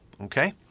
okay